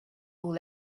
all